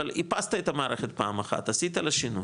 אבל איפסת את המערכת פעם אחת, עשית לה שינוי,